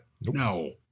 No